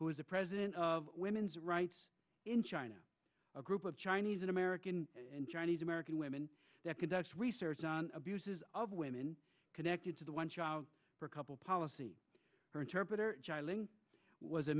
is the president of women's rights in china a group of chinese an american and chinese american women that conducts research on abuses of women connected to the one child per couple policy interpreter was a